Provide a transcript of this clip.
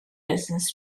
business